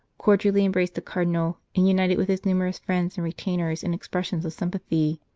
cordially embraced the cardinal, and united with his numerous friends and retainers in expressions of sympathy.